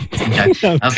Okay